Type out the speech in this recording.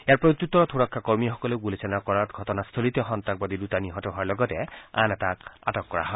ইয়াৰ প্ৰত্যুত্তৰত সুৰক্ষা কৰ্মীসকলেও গুলীচালনা কৰাত ঘটনাস্থলীতে সন্ত্ৰাসবাদী দুটা নিহত হোৱাৰ লগতে আন এটাক আটক কৰা হয়